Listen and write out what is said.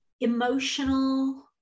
emotional